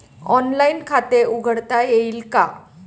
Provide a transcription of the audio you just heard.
Online खाते उघडता येईल का?